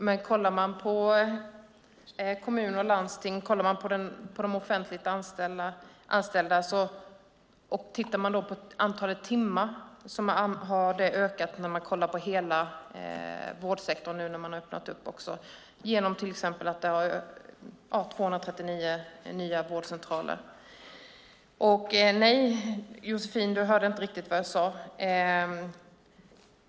Herr talman! Nej, men antalet timmar har ökat för de offentligt anställda i hela vårdsektorn nu när man har öppnat 239 nya vårdcentraler. Och nej, Josefin, du hörde inte riktigt vad jag sade.